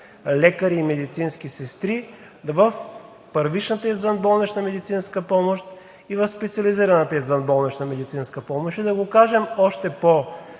лекари и медицински сестри, в първичната извънболнична медицинска помощ и в специализираната извънболнична медицинска помощ. И да го кажем още по-просто,